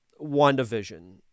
WandaVision